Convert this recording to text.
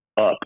up